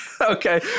Okay